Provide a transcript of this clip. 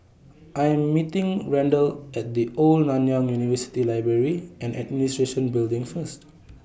I Am meeting Randle At The Old Nanyang University Library and Administration Building First